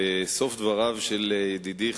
בסוף דבריו של ידידי,